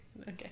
Okay